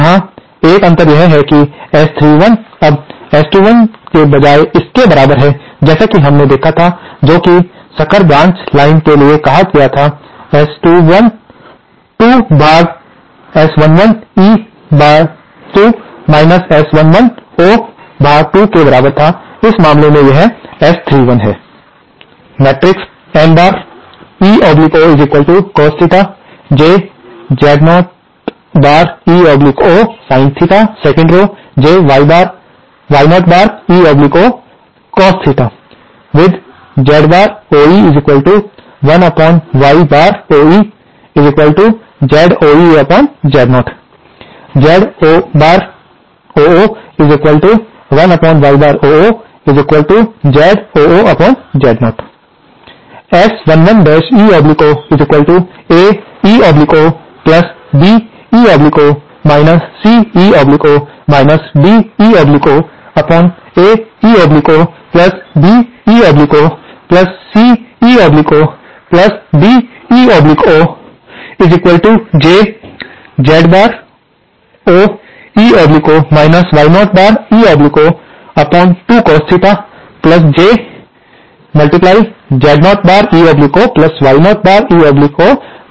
यहाँ 1 अंतर यह है कि S31 अब S21 के बजाय इसके बराबर है जैसा कि हमने देखा था जो कि सकर ब्रांच लाइन के लिए कहा गया था S21 2 पर S11 E पर 2 S11 O पर 2 के बराबर था इस मामले में यह S31 है